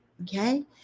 Okay